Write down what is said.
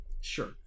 sure